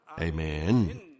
Amen